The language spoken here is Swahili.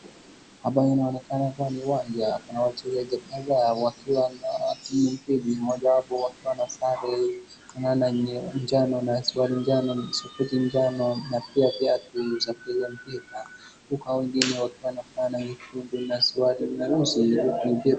Hapa inaonekana kuwa ni uwanja, kuna wachezaji kadhaa wakiwa na timu mpigi, mmojawapo wakiwa na sare na njano na suali njano na soketi njano na pia viatu za kucheza mpira. Huku wengine wakiwa na fulana ya nyekundu na suruali nyeusi.